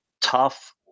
tough